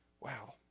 Wow